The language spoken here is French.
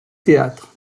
théâtre